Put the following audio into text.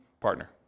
partner